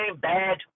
bad